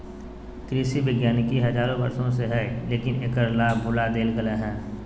कृषि वानिकी हजारों वर्षों से हइ, लेकिन एकर लाभ भुला देल गेलय हें